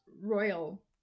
royal